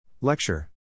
Lecture